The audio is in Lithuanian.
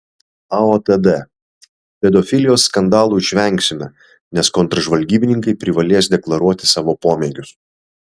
aotd pedofilijos skandalų išvengsime nes kontržvalgybininkai privalės deklaruoti savo pomėgius